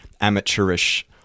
amateurish